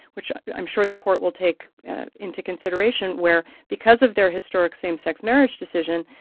which i'm sure the court will take into consideration where because of their historic same-sex marriage decision,